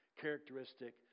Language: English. characteristic